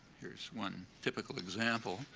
here's one typical example,